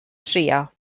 trio